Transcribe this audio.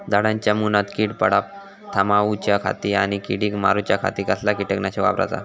झाडांच्या मूनात कीड पडाप थामाउच्या खाती आणि किडीक मारूच्याखाती कसला किटकनाशक वापराचा?